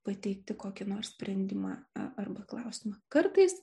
pateikti kokį nors sprendimą arba klausimą kartais